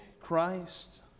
Christ